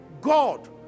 God